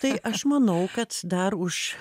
tai aš manau kad dar už